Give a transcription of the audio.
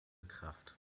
kraft